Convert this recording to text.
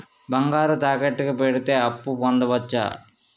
బంగారం తాకట్టు కి పెడితే అప్పు పొందవచ్చ?